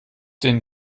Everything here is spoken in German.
den